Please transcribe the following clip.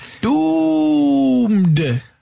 Doomed